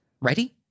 Ready